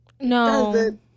no